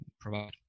provide